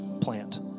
plant